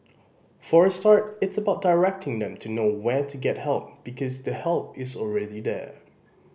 for a start it's about directing them to know where to get help because the help is already there